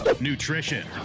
nutrition